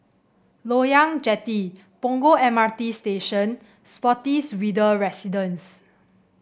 Loyang Jetty Punggol M R T Station Spottiswoode Residence